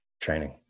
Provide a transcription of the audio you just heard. training